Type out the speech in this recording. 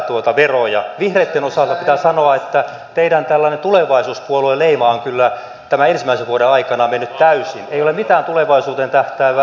vihreitten osalta pitää sanoa että teidän tällainen tulevaisuuspuolueleimanne on kyllä tämän ensimmäisen vuoden aikana mennyt täysin ei ole mitään tulevaisuuteen tähtäävää